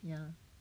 ya